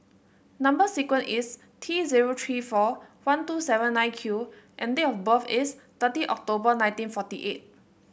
number sequence is T zero three four one two seven nine Q and date of birth is thirty October nineteen forty eight